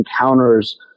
encounters